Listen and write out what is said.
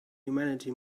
humanity